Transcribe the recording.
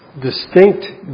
distinct